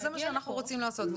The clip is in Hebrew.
זה מה שאנחנו רוצים לעשות,